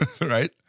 Right